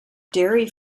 dairy